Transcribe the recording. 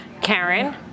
Karen